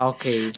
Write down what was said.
Okay